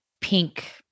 pink